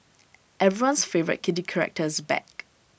everyone's favourite kitty character is back